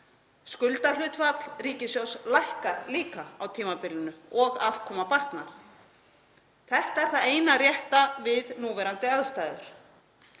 Skuldahlutfall ríkissjóðs lækkar líka á tímabilinu og afkoma batnar. Þetta er það eina rétta við núverandi aðstæður.